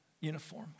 uniform